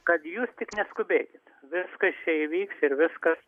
kad jūs tik neskubėkit viskas čia įvyks ir viskas